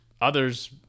others